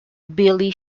billy